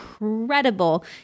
incredible